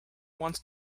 wants